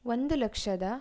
ಒಂದು ಲಕ್ಷದ